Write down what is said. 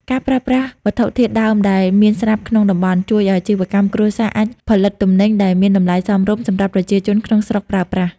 ការប្រើប្រាស់វត្ថុធាតុដើមដែលមានស្រាប់ក្នុងតំបន់ ជួយឱ្យអាជីវកម្មគ្រួសារអាចផលិតទំនិញដែលមានតម្លៃសមរម្យសម្រាប់ប្រជាជនក្នុងស្រុកប្រើប្រាស់។